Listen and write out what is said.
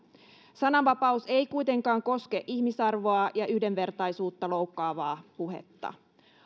sananvapaus ei kuitenkaan koske ihmisarvoa ja yhdenvertaisuutta loukkaavaa puhetta